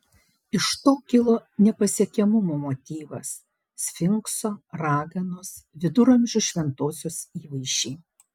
iš to kilo nepasiekiamumo motyvas sfinkso raganos viduramžių šventosios įvaizdžiai